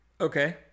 Okay